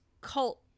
cult